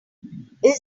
that